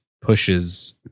pushes